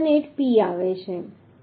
478P આવે છે